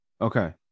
Okay